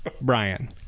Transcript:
Brian